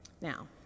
Now